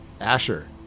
Asher